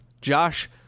Josh